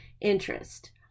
interest